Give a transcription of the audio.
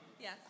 Yes